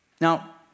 Now